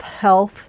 health